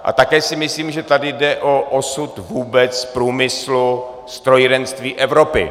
A také si myslím, že tady jde o osud vůbec průmyslu, strojírenství Evropy.